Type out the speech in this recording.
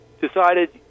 decided